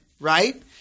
right